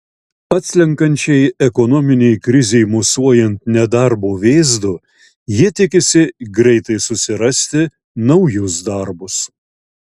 atslenkančiai ekonominei krizei mosuojant nedarbo vėzdu jie tikisi greitai susirasti naujus darbus